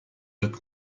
doc